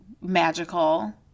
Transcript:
magical